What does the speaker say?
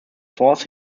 force